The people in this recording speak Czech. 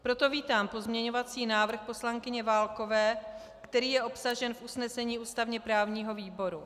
Proto vítám pozměňovací návrh poslankyně Válkové, který je obsažen v usnesení ústavněprávního výboru.